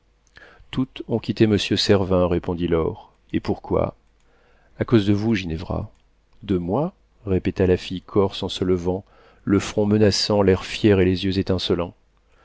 toutes ont quitté monsieur servin répondit laure et pourquoi a cause de vous ginevra de moi répéta la fille corse en se levant le front menaçant l'oeil fier et les yeux étincelants